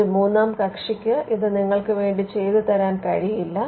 ഒരു മൂന്നാം കക്ഷിക്ക് ഇത് നിങ്ങൾക്ക് വേണ്ടി ചെയ്തുതരാൻ കഴിയില്ല